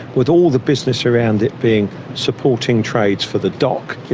with all the business around it being supporting trades for the dock, you